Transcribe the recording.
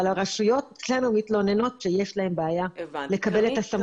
אבל הרשויות אצלנו מתלוננות שיש להם בעיה לקבל את הסמכות הזאת.